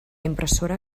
impressora